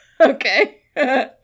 Okay